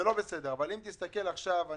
זה לא בסדר, אבל אם תסתכל עכשיו --- אבל